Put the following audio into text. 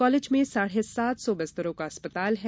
college में साढ़े सात सौ बिस्तरों का अस्पताल है